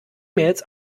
mails